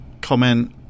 comment